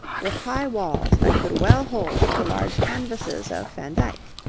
with high walls that could well hold the large canvases of van dyck.